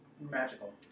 Magical